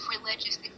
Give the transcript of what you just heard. religious